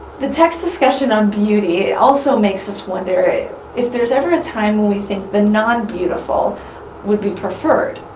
the text's discussion on beauty also makes us wonder if there's every time we think the non beautiful would be preferred?